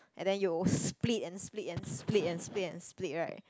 and then you split and split and split and split and split right